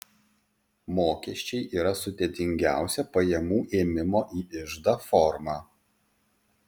mokesčiai yra sudėtingiausia pajamų ėmimo į iždą forma